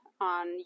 on